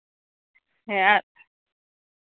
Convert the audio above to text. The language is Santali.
ᱦᱮᱸ